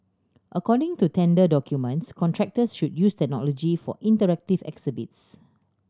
according to tender documents contractors should use technology for interactive exhibits